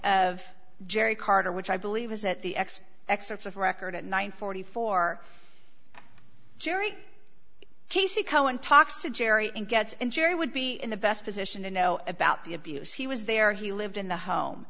of gerry carter which i believe was at the expo excerpts of record at nine forty four jury casey cohen talks to jerry and gets in jerry would be in the best position to know about the abuse he was there he lived in the home